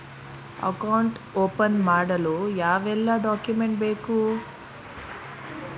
Account open ಮಾಡಲು ಯಾವೆಲ್ಲ document ಬೇಕು?